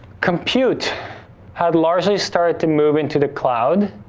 compute had largely started to move into the cloud,